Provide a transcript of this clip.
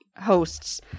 hosts